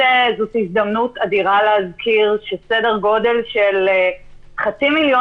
זאת הזדמנות אדירה להזכיר שסדר גודל של חצי מיליון